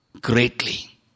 greatly